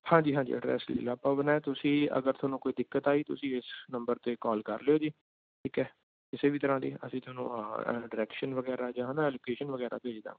ਹਾਂਜੀ ਹਾਂਜੀ ਐਡਰੈੱਸ ਲੈ ਲਓ ਆਪਾਂ ਉਹਦਾ ਨਾ ਤੁਸੀਂ ਅਗਰ ਤੁਹਾਨੂੰ ਕੋਈ ਦਿੱਕਤ ਆਈ ਤੁਸੀਂ ਇਸ ਨੰਬਰ 'ਤੇ ਕੋਲ ਕਰ ਲਿਓ ਜੀ ਠੀਕ ਹੈ ਕਿਸੇ ਵੀ ਤਰ੍ਹਾਂ ਦੀ ਅਸੀਂ ਤੁਹਾਨੂੰ ਡਰੈਕਸ਼ਨ ਵਗੈਰਾ ਜਾਂ ਹੈ ਨਾ ਲੋਕੇਸ਼ਨ ਵਗੈਰਾ ਭੇਜ ਦਾਂਗੇ